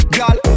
Girl